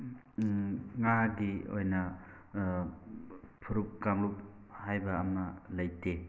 ꯉꯥꯒꯤ ꯑꯣꯏꯅ ꯐꯨꯔꯨꯞ ꯀꯥꯡꯂꯨꯞ ꯍꯥꯏꯕ ꯑꯃ ꯂꯩꯇꯦ